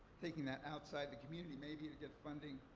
taking that outside the community maybe to get funding.